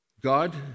God